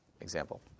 example